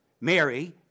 Mary